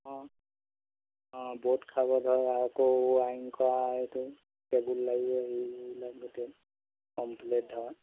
অঁ অঁ ব'ৰ্ড খাব ধৰা আকৌ ৱাৰিং খোৱা এইটো কেবুল লাগিব হেৰিবিলাক গোটেই কম্পলিট ধৰা